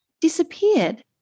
disappeared